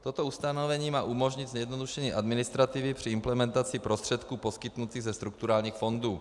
Toto ustanovení má umožnit zjednodušení administrativy při implementaci prostředků poskytnutých ze strukturálních fondů.